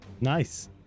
Nice